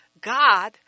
God